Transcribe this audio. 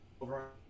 over